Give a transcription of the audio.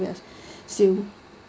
yes so